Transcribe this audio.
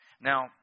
Now